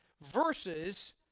versus